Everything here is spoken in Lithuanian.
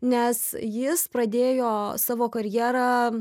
nes jis pradėjo savo karjerą